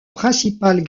principale